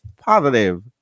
positive